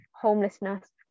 homelessness